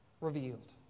revealed